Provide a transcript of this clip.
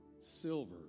silver